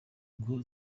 ngo